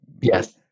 Yes